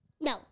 No